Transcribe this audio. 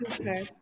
Okay